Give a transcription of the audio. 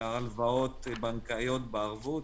להלוואות בנקאיות בערבות,